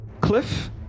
Cliff